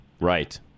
right